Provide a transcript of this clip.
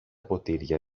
ποτήρια